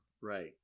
Right